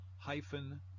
hyphen